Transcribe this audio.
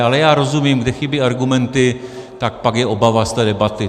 Ale já rozumím, kde chybí argumenty, tak pak je obava z té debaty.